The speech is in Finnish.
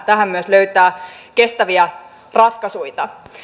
tähän myös löytää kestäviä ratkaisuita